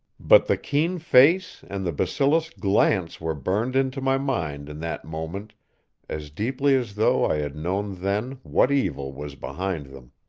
but the keen face, and the basilisk glance were burned into my mind in that moment as deeply as though i had known then what evil was behind them.